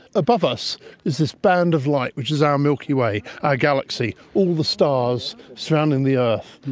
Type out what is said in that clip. above us is this band of light which is our milky way, our galaxy, all the stars surrounding the earth.